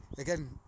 Again